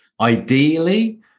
Ideally